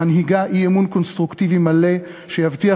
שמנהיגה אי-אמון קונסטרוקטיבי מלא שיבטיח